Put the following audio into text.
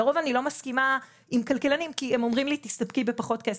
לרוב אני לא מסכימה עם כלכלנים כי הם אומרים לי 'תסתפקי בפחות כסף',